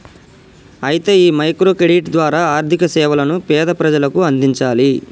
అయితే ఈ micro credit ద్వారా ఆర్థిక సేవలను పేద ప్రజలకు అందించాలి